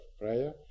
prayer